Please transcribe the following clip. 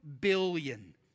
billion